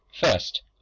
first